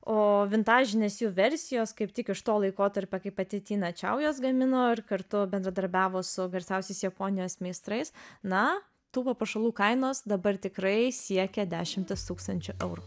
o vintažinės jų versijos kaip tik iš to laikotarpio kai pati tina čiau juos gamino ir kartu bendradarbiavo su garsiausiais japonijos meistrais na tų papuošalų kainos dabar tikrai siekia dešimtis tūkstančių eurų